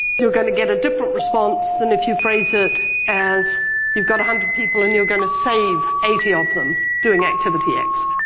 you're going to get a different response than if you phrase it as you've got one hundred people and you're going to save eighty of them doing activity x.